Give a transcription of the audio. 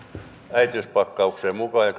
äitiyspakkaukseen mukaan ja